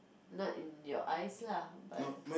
not in your eyes lah but